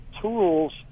tools